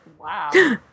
Wow